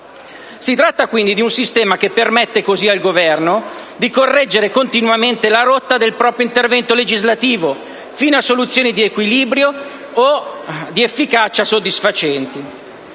Si tratta quindi di un sistema che permette, così, al Governo di correggere continuamente la rotta del proprio intervento legislativo, fino a soluzioni di equilibrio o di efficacia soddisfacenti.